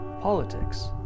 politics